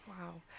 Wow